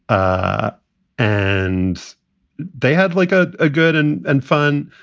ah and they had like a ah good and and fun,